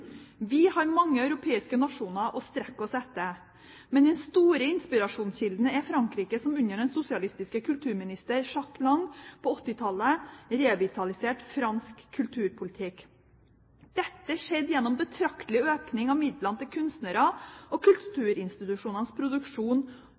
Vi har mange europeiske nasjoner å strekke oss etter. Men den store inspirasjonskilden er Frankrike, som under den sosialistiske kulturministeren Jack Lange på 1980-tallet revitaliserte fransk kulturpolitikk. Dette skjedde gjennom betraktelig økning av midlene til kunstnernes og